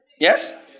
Yes